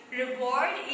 reward